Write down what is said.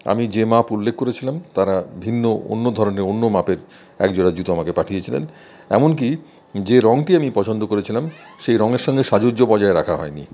আমি যে মাপ উল্লেখ করেছিলাম তারা ভিন্ন অন্য ধরনের অন্য মাপের একজোড়া জুতো আমাকে পাঠিয়েছিলেন এমনকি যে রঙটি আমি পছন্দ করেছিলাম সেই রঙের সঙ্গে সাযুজ্য বজায় রাখা হয়নি